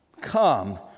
Come